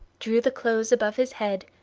drew the clothes above his head,